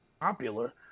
popular